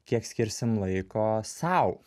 kiek skirsim laiko sau